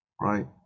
right